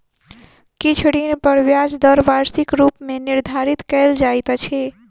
किछ ऋण पर ब्याज दर वार्षिक रूप मे निर्धारित कयल जाइत अछि